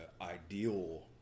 ideal